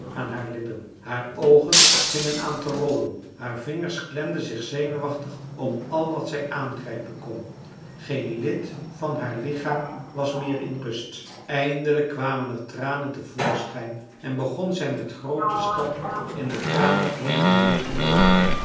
aan haar lippen haar oogen vingen aan te rollen haar vingers klemden zich zenuwachtig om al wat zij aangrijpen kon geen lid van haar lichaam was meer in rust eindelijk kwamen er tranen te voorschijn en begon zij met groote stappen in de kamer heen en weer te loopen